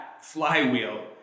flywheel